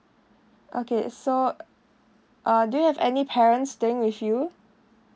okay so uh do you have any parents staying with you